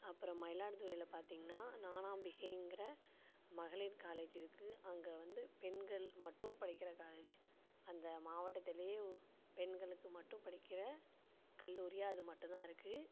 அப்புறம் மயிலாடுதுறையில் பார்த்திங்ன்னா ஞானாம்பிகைங்கிற மகளிர் காலேஜ் இருக்குது அங்கே வந்து பெண்கள் மட்டும் படிக்கிற காலேஜ் அந்த மாவட்டத்திலயே பெண்களுக்கு மட்டும் படிக்கிற கல்லூரியாக அது மட்டும்தான் இருக்குது